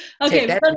Okay